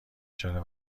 چرا